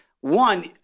One